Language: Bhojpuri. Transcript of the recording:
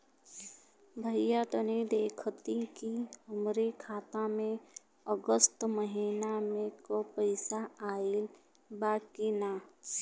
भईया तनि देखती की हमरे खाता मे अगस्त महीना में क पैसा आईल बा की ना?